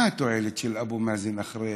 מה התועלת של אבו מאזן אחרי